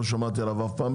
לא שמעתי עליו אף פעם.